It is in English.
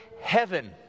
heaven